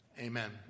Amen